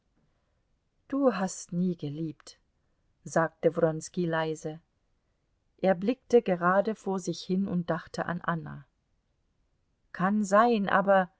du hast nie geliebt sagte wronski leise er blickte gerade vor sich hin und dachte an anna kann sein aber